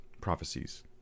prophecies